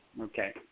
Okay